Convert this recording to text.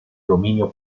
dominio